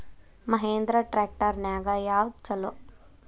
Mahindra tractor ನ್ಯಾಗ ಯಾವ್ದ ಛಲೋ?